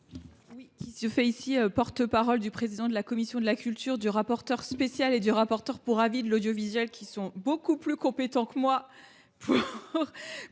Je me fais ici la porte parole du président de la commission de la culture, du rapporteur spécial et du rapporteur pour avis des crédits de l’audiovisuel, qui sont beaucoup plus compétents que moi pour